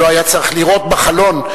ולא היה צריך לירות בחלון,